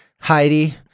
Heidi